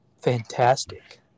fantastic